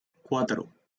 cuatro